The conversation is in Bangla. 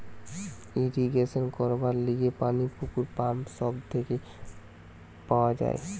ইরিগেশন করবার লিগে পানি পুকুর, পাম্প সব থেকে পাওয়া যায়